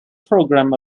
program